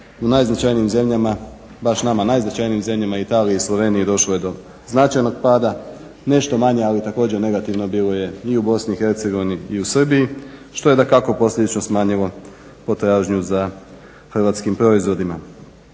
u najznačajnijim zemljama, baš nama najznačajnijim zemljama Italiji i Sloveniji došlo je do značajnog pada. Nešto manje, ali također negativno bilo je i u Bosni i Hercegovini i u Srbiji što je dakako posljedično smanjilo potražnju za hrvatskim proizvodima.